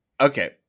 Okay